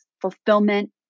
fulfillment